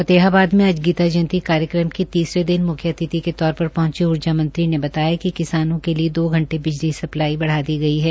फतेहाबाद में आज गीता महोत्सव जयंती कार्यक्रम के तीसरे दिन मुख्य अतिथि तौर पर पहुंचे ऊर्जा मंत्री ने बताया कि किसानों के लिए दो घंटे बिजली आपूर्ति बढ़ा दी गई है